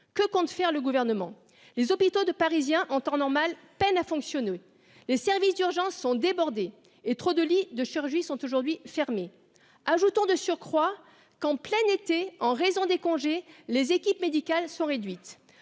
que compte faire le gouvernement. Les hôpitaux de parisien, en temps normal, peine à fonctionner les services d'urgences sont débordés et trop de lits de chirurgie sont aujourd'hui fermées ajoutant de surcroît qu'en plein été, en raison des congés. Les équipes médicales sont réduites.